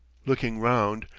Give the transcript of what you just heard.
looking round,